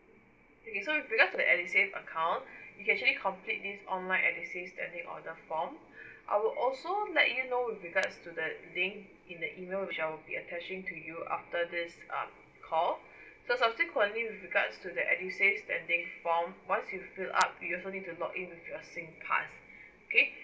okay so with regards to the edusave account you can actually complete this online edusave standing order form I will also let you know with regards to the link in the email which I'll be attaching to you after this um call so subsequently with regards to the edusave standing form once you fill out you also need to login with your sing pass okay